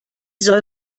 soll